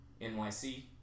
NYC